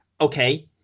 okay